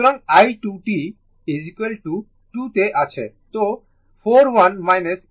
সুতরাং i2 t 2 তে আছে